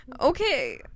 Okay